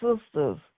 sisters